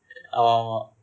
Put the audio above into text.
ஆமா:aamaa